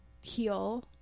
heal